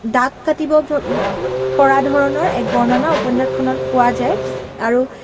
দাগ কাটিব পৰা ধৰণৰ এক বৰ্ণনা উপন্যাসখনত পোৱা যায় আৰু